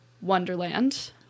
Wonderland